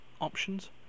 options